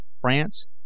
France